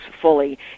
fully